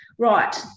right